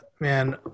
man